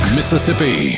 Mississippi